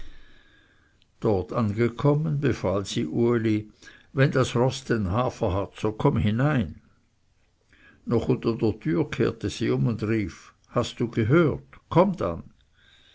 dort angekommen befahl sie uli wenn das roß den hafer hat so komm hinein noch unter der türe kehrte sie um und rief hast du gehört komm dann